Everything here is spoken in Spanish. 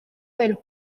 del